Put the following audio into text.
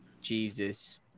Jesus